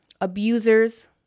abusers